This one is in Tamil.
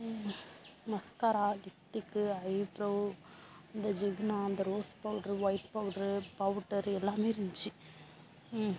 மஸ்காரா லிப்டிக்கு ஐப்ரோ இந்த ஜிகினா அந்த rose powder white powder powder எல்லாமே இருந்துச்சு